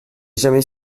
jamais